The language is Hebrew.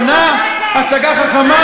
אומר "גירשנו"?